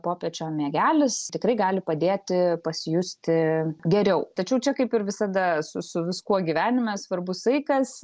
popiečio miegelis tikrai gali padėti pasijusti geriau tačiau čia kaip ir visada su viskuo gyvenime svarbus saikas